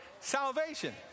salvation